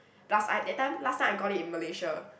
plus I that time last time I got it in Malaysia